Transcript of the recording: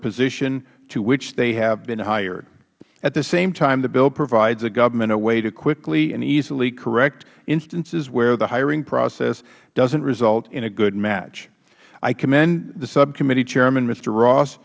position to which they have been hired at the same time the bill provides the government a way to quickly and easily correct instances where the hiring process doesnt result in a good match i commend the subcommittee chairman mister ross